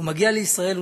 הוא מגיע לישראל.